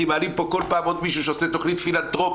מעלים פה כל פעם עוד מישהו שעושה תכנית פילנתרופית,